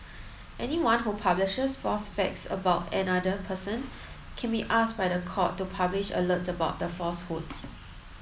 anyone who publishes false facts about another person can be asked by the court to publish alerts about the falsehoods